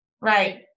Right